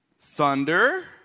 Thunder